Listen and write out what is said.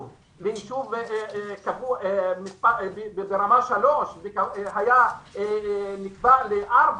ליישוב ברמה 3 ועלה ל-4,